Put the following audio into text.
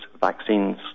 vaccines